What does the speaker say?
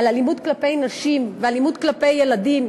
על אלימות כלפי נשים ואלימות כלפי ילדים